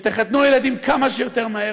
שתחתנו ילדים כמה שיותר מהר,